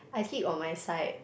I sleep on my side